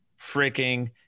freaking